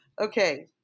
Okay